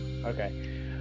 Okay